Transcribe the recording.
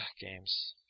games